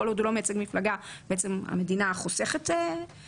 כל עוד הוא לא מייצג מפלגה, המדינה חוסכת כסף.